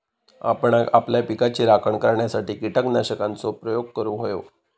आपणांक आपल्या पिकाची राखण करण्यासाठी कीटकनाशकांचो प्रयोग करूंक व्हयो